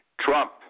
Trump